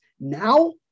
Now